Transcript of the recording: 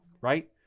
right